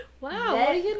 wow